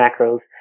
macros